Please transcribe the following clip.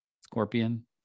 Scorpion